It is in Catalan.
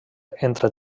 entre